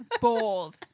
Bold